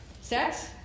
sex